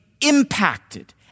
impacted